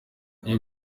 ibihe